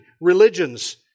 religions